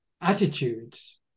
attitudes